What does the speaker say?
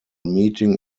meeting